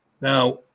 Now